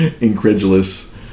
incredulous